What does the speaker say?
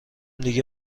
دیگه